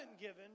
given